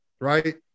right